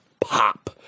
pop